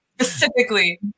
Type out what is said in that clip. specifically